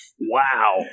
Wow